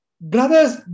Brothers